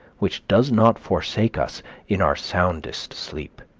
which does not forsake us in our soundest sleep.